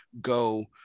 go